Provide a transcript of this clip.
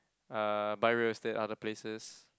uh buy real estate other places